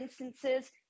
instances